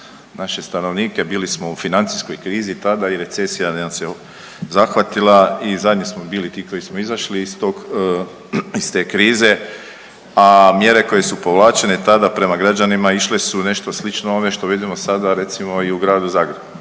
naše stanovnike. Bili smo u financijskoj krizi tada i recesija nas je zahvatila. I zadnji smo bili ti koji smo izašli iz te krize, a mjere koje su povlačene tada prema građanima išle su nešto slično ovome što vidimo sada recimo i u Gradu Zagrebu.